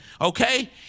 okay